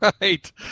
Right